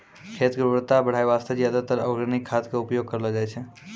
खेत के उर्वरता बढाय वास्तॅ ज्यादातर आर्गेनिक खाद के उपयोग करलो जाय छै